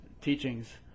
teachings